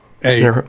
Hey